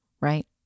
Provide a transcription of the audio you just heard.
right